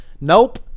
Nope